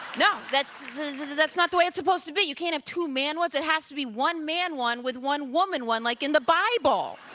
no. that's that's not the way it's supposed to be. you can't have two man ones. it has to be one man one with one woman one, like in the bible!